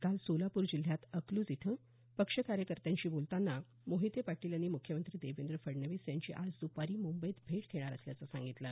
काल सोलापूर जिल्ह्यात अकलूज इथं पक्ष कार्यकर्त्यांशी बोलताना मोहिते पाटील यांनी मुख्यमंत्री देवेंद्र फडणवीस यांची आज दपारी मुंबईत भेट घेणार असल्याचं सांगितलं